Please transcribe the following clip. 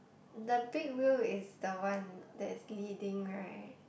the big wheel is the one that is leading right